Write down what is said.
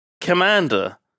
commander